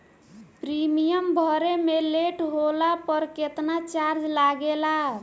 Premium भरे मे late होला पर केतना चार्ज लागेला?